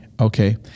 Okay